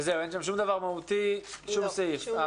ואין שם שום דבר מהותי, שום סעיף?